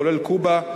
כולל קובה,